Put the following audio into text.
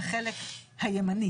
החלק הימני.